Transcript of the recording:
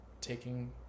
taking